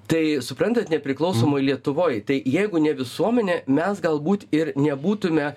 tai suprantat nepriklausomoj lietuvoj tai jeigu ne visuomenė mes galbūt ir nebūtume